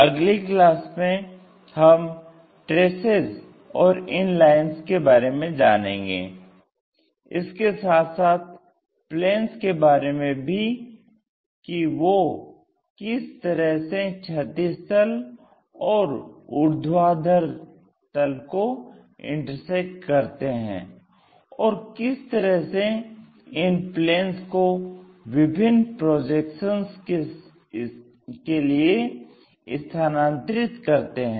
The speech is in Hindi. अगली क्लास में हम ट्रेसेस और इन लाइन्स के बारे में जानेंगे इसके साथ साथ प्लेन्स के बारे में भी कि वो किस तरह से क्षैतिज तल और ऊर्ध्वाधर तल को इंटरसेक्ट करते हैं और किस तरह से इन प्लेन्स को विभिन्न प्रोजेक्शन्स के लिए स्थानांतरित करते हैं